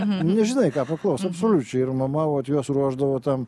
nežinai ką paklaus absoliučiai ir mama vat juos ruošdavo tam